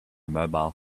mobile